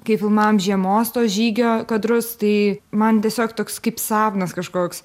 kai filmavom žiemos to žygio kadrus tai man tiesiog toks kaip sapnas kažkoks